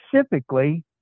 specifically